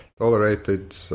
tolerated